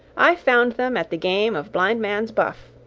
i found them at the game of blind-man's buff.